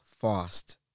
fast